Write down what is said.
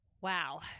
Wow